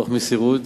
במסירות,